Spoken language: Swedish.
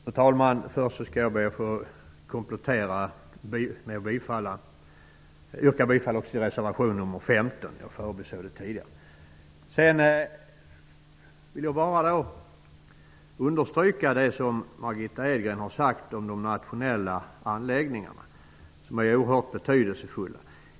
Fru talman! Jag skall be att få yrka bifall också till reservation 15, vilket jag tidigare förbisåg. Sedan vill jag understryka det Margitta Edgren sagt om de nationella anläggningarna. De är oerhört betydelsefulla.